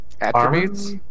attributes